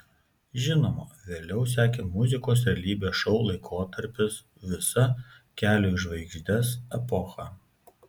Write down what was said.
žinoma vėliau sekė muzikos realybės šou laikotarpis visa kelio į žvaigždes epocha